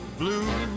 blue